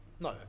No